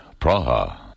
Praha